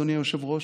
אדוני היושב-ראש,